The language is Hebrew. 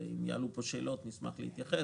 ואם יעלו פה שאלות נשמח להתייחס,